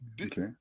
okay